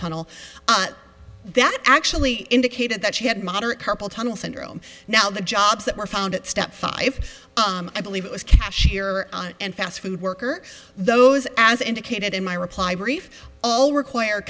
tunnel that actually indicated that she had moderate carpal tunnel syndrome now the jobs that were found at step five i believe it was cashier and fast food worker those as i indicated in my reply brief all require